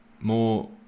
more